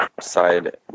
side